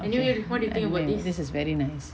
okay anyway this is very nice